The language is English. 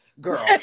girl